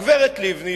הגברת לבני,